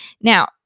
Now